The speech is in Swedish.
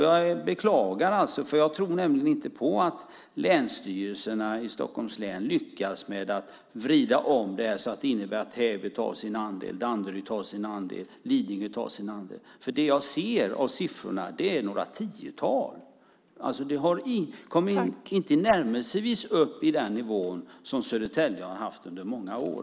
Jag beklagar, men jag tror inte på att Länsstyrelsen i Stockholms län lyckas med att vrida om det här så att Täby, Danderyd och Lidingö tar sin andel, för det jag ser av siffrorna är några tiotal. Man kommer inte tillnärmelsevis upp till den nivå som Södertälje har varit på under många år.